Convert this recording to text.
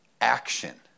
action